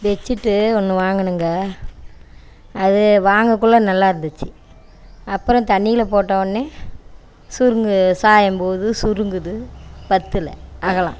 bedsheet ஒன்று வாங்கினேங்க அது வாங்கக்குள்ளே நல்லா இருந்துச்சு அப்புறம் தண்ணியில் போட்டவொடனே சுருங்கி சாயம் போகுது சுருங்குது பத்தல அகலம்